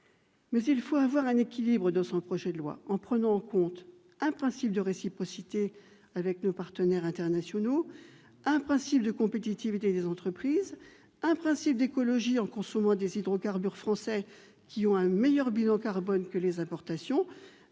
Mais il faut trouver un équilibre dans le cadre d'un projet de loi, en prenant en compte un principe de réciprocité avec nos partenaires internationaux ; un principe de compétitivité des entreprises ; un principe d'écologie en consommant des hydrocarbures français, dont le bilan carbone est